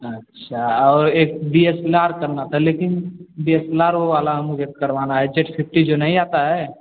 अच्छा और एक डी एस एल आर करना था लेकिन डी एस एल आर वो वाला मुझे करवाना है जेट फिफ्टी जो नहीं आता है